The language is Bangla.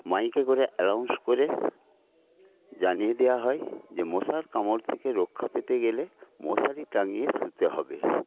মাইকে করে অ্যানাউন্স করে জানিয়ে দেওয়া হয় যে মশার কামড় থেকে রক্ষা পেতে গেলে মশারি টাঙিয়ে শুতে হবে